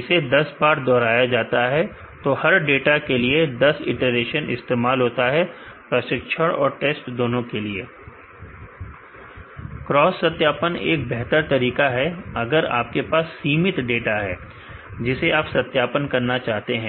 इसे 10 बार दोहराया जाता है तो हर डाटा के लिए 10 इटरेशन इस्तेमाल होता है प्रशिक्षण और टेस्ट दोनों के लिए क्रॉस सत्यापन एक बेहतर तरीका है अगर आपके पास सीमित डाटा है जिसे आपको सत्यापन करना है